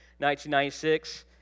1996